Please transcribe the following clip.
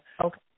Okay